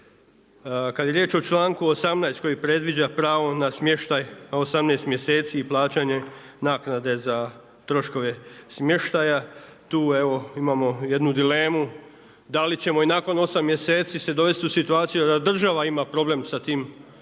Kada je riječ o članku 18. koji predviđa pravo na smještaj na 18 mjeseci i plaćanje naknade za troškove smještaja, tu evo imamo jednu dilemu, da li ćemo i nakon osam mjeseci se dovesti u situaciju da država ima problem sa tim ovršenim